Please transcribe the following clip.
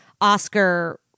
Oscar